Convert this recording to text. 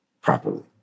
properly